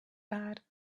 bad